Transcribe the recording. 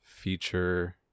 feature